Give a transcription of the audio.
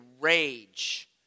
rage